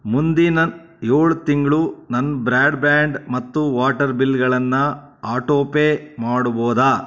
ಮುಂದಿನ ಏಳು ತಿಂಗಳು ನನ್ನ ಬ್ರ್ಯಾಡ್ ಬ್ಯಾಂಡ್ ಮತ್ತು ವಾಟರ್ ಬಿಲ್ಗಳನ್ನು ಆಟೋ ಪೇ ಮಾಡ್ಬೋದಾ